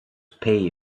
pay